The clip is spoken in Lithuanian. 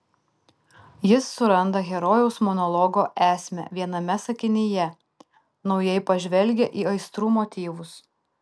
jis suranda herojaus monologo esmę viename sakinyje naujai pažvelgia į aistrų motyvus